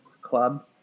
club